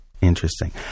interesting